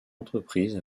entreprise